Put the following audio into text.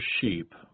sheep